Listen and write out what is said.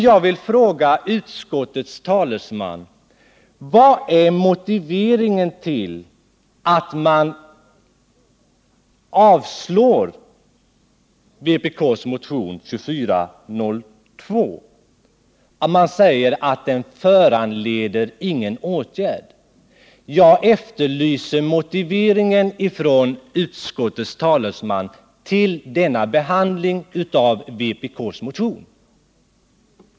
Jag vill fråga: Vad är motiveringen till att man avstyrker vpk:s motion 2402 genom att uttala att den inte föranleder någon åtgärd? Jag efterlyser från utskottets talesman ett besked om skälet för denna behandling av vpk:s motion.